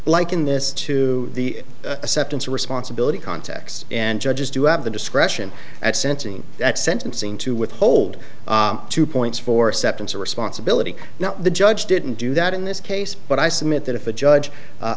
like in this to the acceptance of responsibility context and judges do have the discretion at sensing that sentencing to withhold two points for stepped into responsibility now the judge didn't do that in this case but i submit that if a judge